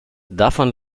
davon